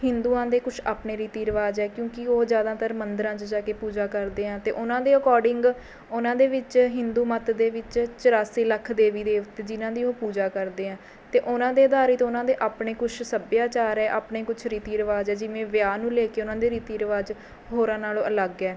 ਹਿੰਦੂਆਂ ਦੇ ਕੁਝ ਆਪਣੇ ਰੀਤੀ ਰਿਵਾਜ਼ ਹੈ ਕਿਉਂਕਿ ਉਹ ਜ਼ਿਆਦਾਤਰ ਮੰਦਿਰਾਂ 'ਚ ਜਾ ਕੇ ਪੂਜਾ ਕਰਦੇ ਹਾਂ ਅਤੇ ਉਹਨਾਂ ਦੇ ਅਕੋਡਿੰਗ ਉਹਨਾਂ ਦੇ ਵਿੱਚ ਹਿੰਦੂ ਮੱਤ ਦੇ ਵਿੱਚ ਚੁਰਾਸੀ ਲੱਖ ਦੇਵੀ ਦੇਵਤੇ ਜਿਨ੍ਹਾਂ ਦੀ ਉਹ ਪੂਜਾ ਕਰਦੇ ਐਂ ਅਤੇ ਉਨ੍ਹਾਂ ਦੇ ਅਧਾਰਿਤ ਉਨ੍ਹਾਂ ਦੇ ਆਪਣੇ ਕੁਝ ਸੱਭਿਆਚਾਰ ਹੈ ਆਪਣੇ ਕੁਝ ਰੀਤੀ ਰਿਵਾਜ਼ ਹੈ ਜਿਵੇਂ ਵਿਆਹ ਨੂੰ ਲੈ ਕੇ ਉਹਨਾਂ ਦੇ ਰੀਤੀ ਰਿਵਾਜ਼ ਹੋਰਾਂ ਨਾਲੋਂ ਅਲੱਗ ਹੈ